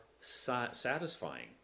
satisfying